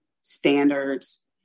standards